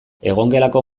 egongelako